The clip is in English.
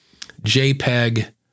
JPEG